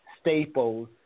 staples